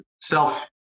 Self